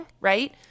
right